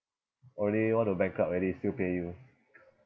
already want to bankrupt already still pay you